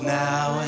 now